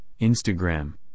Instagram